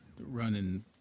running